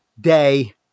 day